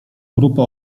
grupy